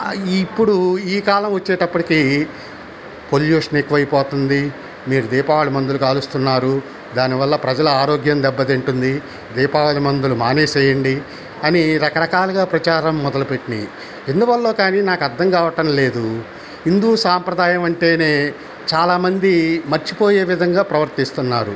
ఇప్పుడు ఈ కాలం వచ్చేటప్పటికీ పొల్యూషన్ ఎక్కువైపోతంది మీరు దీపావళి మందులు కాలుస్తున్నారు దానివల్ల ప్రజల ఆరోగ్యం దెబ్బతింటుంది దీపావళి మందులు మానేసేయండి అని రకరకాలగా ప్రచారం మొదలుపెట్టినియి ఎందువల్లో కానీ నాకర్థం కావటం లేదు హిందూ సాంప్రదాయం అంటేనే చాలా మంది మర్చిపోయే విధంగా ప్రవర్తిస్తున్నారు